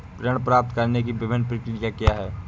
ऋण प्राप्त करने की विभिन्न प्रक्रिया क्या हैं?